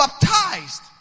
baptized